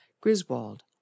Griswold